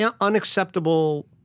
unacceptable